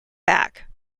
back